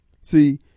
See